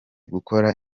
gukora